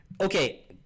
okay